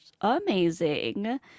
amazing